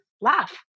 laugh